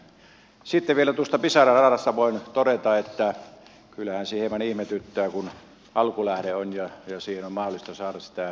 sitten vielä tuosta pisara radasta voin todeta että kyllähän se hieman ihmetyttää kun alkulähde on ja siihen on mahdollista saada sitä eu rahoitusta